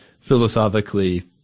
philosophically